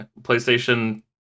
PlayStation